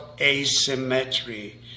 asymmetry